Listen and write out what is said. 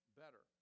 better